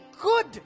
good